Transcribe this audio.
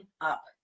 up